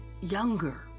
younger